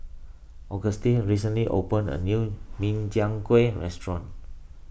Auguste recently opened a new Min Chiang Kueh restaurant